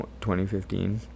2015